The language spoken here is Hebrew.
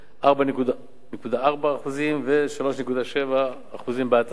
4.4% ו-3.7% בהתאמה.